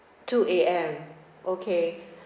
two A_M okay